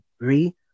agree